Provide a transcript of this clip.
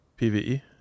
PvE